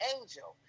Angel